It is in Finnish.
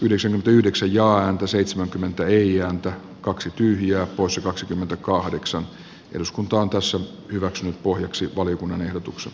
yhdeksän yhdeksän ja antoi seitsemänkymmentä ei ääntä kaksi tyhjää poissa kaksikymmentäkahdeksan eduskuntaan kansan hyväksi pohjaksi valiokunnan ehdotus